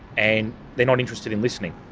and they're not interested in listening.